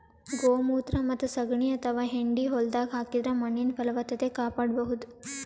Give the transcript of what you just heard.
ಗೋಮೂತ್ರ ಮತ್ತ್ ಸಗಣಿ ಅಥವಾ ಹೆಂಡಿ ಹೊಲ್ದಾಗ ಹಾಕಿದ್ರ ಮಣ್ಣಿನ್ ಫಲವತ್ತತೆ ಕಾಪಾಡಬಹುದ್